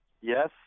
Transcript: yes